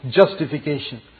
justification